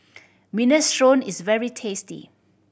minestrone is very tasty